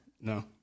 No